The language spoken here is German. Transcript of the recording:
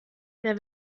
der